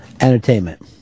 Entertainment